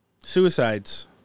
suicides